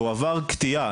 או עבר קטיעה.